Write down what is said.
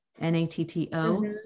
N-A-T-T-O